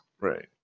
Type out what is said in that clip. Right